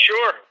Sure